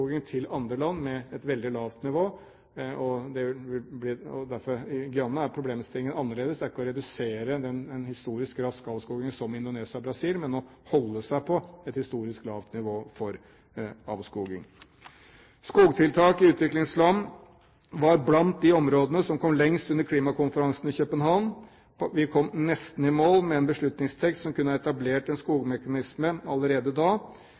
til andre land med et veldig lavt nivå. I Guyana er problemstillingen annerledes: Der er det ikke å redusere en historisk rask avskoging som i Indonesia og i Brasil, men å holde seg på et historisk lavt nivå for avskoging. Skogtiltak i utviklingsland var blant de områdene som kom lengst under klimakonferansen i København. Vi kom nesten i mål med en beslutningstekst som kunne ha etablert en skogmekanisme allerede da.